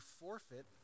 forfeit